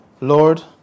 Lord